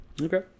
Okay